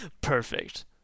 Perfect